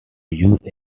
use